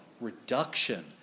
reduction